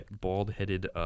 bald-headed